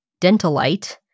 dentalite